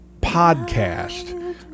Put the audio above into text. Podcast